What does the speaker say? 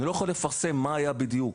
אני לא יכול לפרסם מה היה בדיוק.